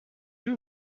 you